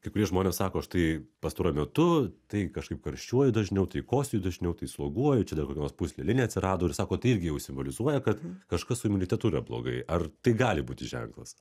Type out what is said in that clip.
kai kurie žmonės sako štai pastaruoju metu tai kažkaip karščiuoju dažniau tai kosėju dažniau tai sloguoju čia dar kokia nors puslelinė atsirado ir sako tai irgi jau simbolizuoja kad kažkas su imunitetu yra blogai ar tai gali būti ženklas